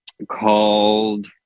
called